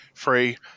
free